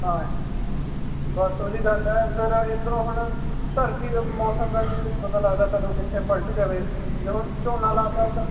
ਹਾਂ ਬਸ ਉਹੀ ਗੱਲ ਆ ਫਿਰ ਇੱਧਰੋਂ ਹੁਣ ਧਰਤੀ ਦੇ ਮੌਸਮ ਦਾ ਵੀ ਨਹੀਂ ਕੁਛ ਪਤਾ ਲੱਗਦਾ ਕਦੋਂ ਕਿੱਥੇ ਪਲਟ ਜਾਵੇ ਜੇ ਹੁਣ ਝੋਨਾ ਲੱਗਾ ਤਾ ਤਾਂ